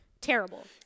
terrible